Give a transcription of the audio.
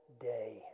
day